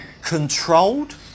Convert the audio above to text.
controlled